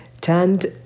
turned